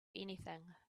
anything